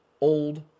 old